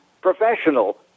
professional